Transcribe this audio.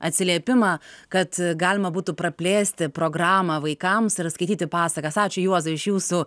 atsiliepimą kad galima būtų praplėsti programą vaikams ir skaityti pasakas ačiū juozai už jūsų